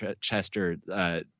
Chester